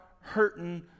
hurting